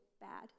bad